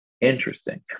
Interesting